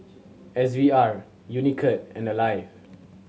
S V R Unicurd and Alive